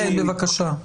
שר המשפטים,